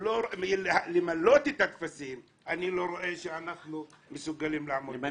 ולא למלא את הטפסים אני לא רואה שאנחנו מסוגלים לעמוד בזה.